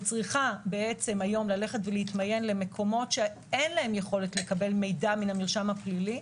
וצריכה להתמיין למקומות שאין להם יכולת לקבל מידע מהמרשם הפלילי,